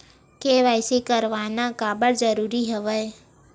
KYC करवाना काबर जरूरी हवय?